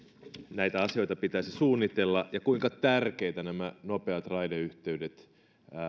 näitä asioita pitäisi suunnitella ja kuinka tärkeitä nämä nopeat raideyhteydet